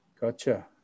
Gotcha